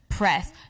press